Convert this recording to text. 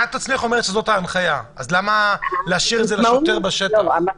למה להשאיר את זה לשוטר בשטח?